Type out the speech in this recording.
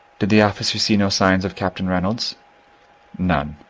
did the officer see no signs of captain reynolds none.